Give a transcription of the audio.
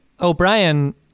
O'Brien